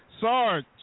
Sarge